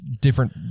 different